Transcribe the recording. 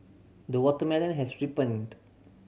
the watermelon has ripened